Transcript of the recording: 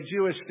Jewish